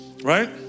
Right